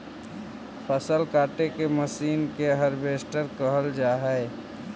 फसल काटे के मशीन के हार्वेस्टर कहल जा हई